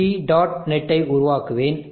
net ஐ உருவாக்குவேன்